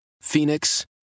Phoenix